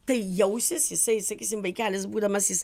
tai jausis jisai sakysim vaikelis būdamas jis